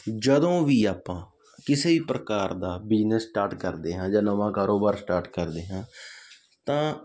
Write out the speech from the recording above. ਜਦੋਂ ਵੀ ਆਪਾਂ ਕਿਸੇ ਵੀ ਪ੍ਰਕਾਰ ਦਾ ਬਿਜਨਸ ਸਟਾਰਟ ਕਰਦੇ ਹਾਂ ਜਾਂ ਨਵਾਂ ਕਾਰੋਬਾਰ ਸਟਾਰਟ ਕਰਦੇ ਹਾਂ ਤਾਂ